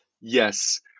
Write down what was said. yes